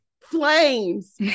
flames